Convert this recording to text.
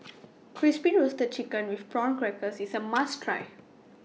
Crispy Roasted Chicken with Prawn Crackers IS A must Try